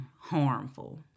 harmful